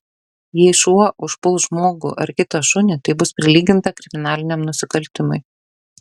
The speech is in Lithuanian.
jei šuo užpuls žmogų ar kitą šunį tai bus prilyginta kriminaliniam nusikaltimui